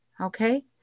okay